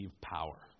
power